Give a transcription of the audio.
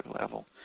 level